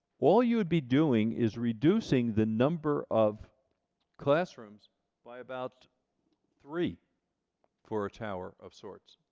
all you would be doing is reducing the number of classrooms by about three for a tower of sorts.